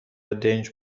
دنج